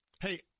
Hey